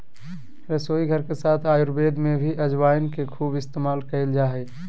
रसोईघर के साथ आयुर्वेद में भी अजवाइन के खूब इस्तेमाल कइल जा हइ